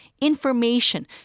information